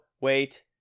wait